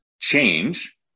change